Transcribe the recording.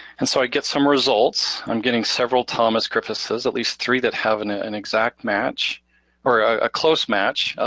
and so i get some results. i'm getting several thomas griffithses, at least three that have an ah an exact match or a close match.